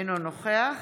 אינו נוכח